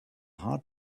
hard